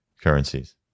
currencies